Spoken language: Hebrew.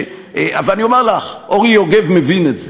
ואני אומר לך, אורי יוגב מבין את זה,